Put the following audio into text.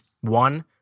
One